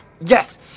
yes